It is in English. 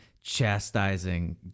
chastising